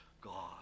God